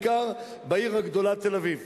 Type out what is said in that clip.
בעיקר בעיר הגדולה תל-אביב.